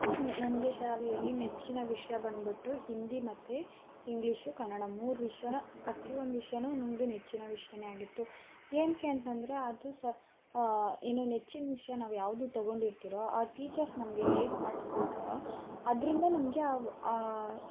ನನಗೆ ಶಾಲೆಯಲ್ಲಿ ನೆಚ್ಚಿನ ವಿಷಯ ಬಂದುಬಿಟ್ಟು ಹಿಂದಿ ಮತ್ತು ಇಂಗ್ಲೀಷ್ ಕನ್ನಡ ಮೂರು ವಿಷಯ ಪ್ರತಿ ಒಂದು ವಿಷಯನೂ ನನಗೆ ನೆಚ್ಚಿನ ವಿಷಯ ಆಗಿತ್ತು ಏನಕ್ಕೆ ಅಂತಂದರೆ ಅದು ಸಹ ಇನ್ನು ನೆಚ್ಚಿನ ವಿಷಯ ನಾವು ಯಾವುದು ತಗೊಂಡಿರ್ತಿರೋ ಆ ಟೀಚರ್ಸ್ ನಮಗೆ ಹೇಗೆ ಪಾಠ ಮಾಡ್ತಾರೋ ಅದರಿಂದ ನಮಗೆ ಅವು